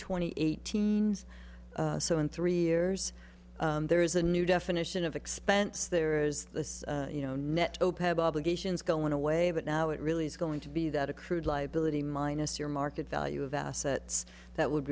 twenty eight teens so in three years there is a new definition of expense there is this you know net obligations going away but now it really is going to be that accrued liability minus your market value of assets that would